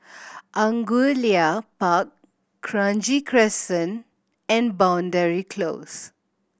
Angullia Park Kranji Crescent and Boundary Close